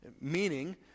meaning